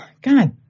God